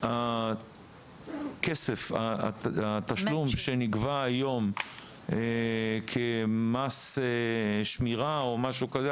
התשלום שנגבה היום כמס שמירה או משהו כזה,